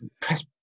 press